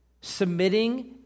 Submitting